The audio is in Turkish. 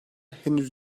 henüz